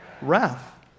Wrath